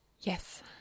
Yes